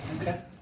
Okay